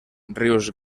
rius